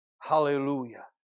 Hallelujah